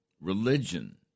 Religion